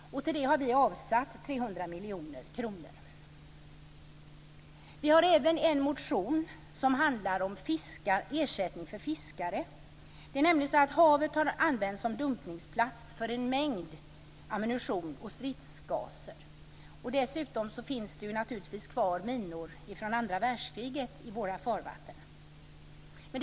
Till det har vi avsatt 300 miljoner kronor. Vi har även en motion som handlar om ersättning till fiskare. Havet har använts som dumpningsplats för en mängd ammunition och stridsgaser, och dessutom finns det naturligtvis minor från andra världskriget kvar i våra farvatten.